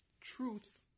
Truth